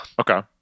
Okay